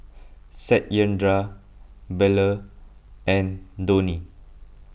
Satyendra Bellur and Dhoni